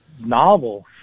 novels